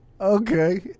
Okay